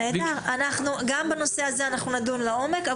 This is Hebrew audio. גם בנושא הזה אנחנו נדון לעומק.